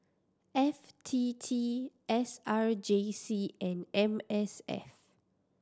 F T T S R J C and M S F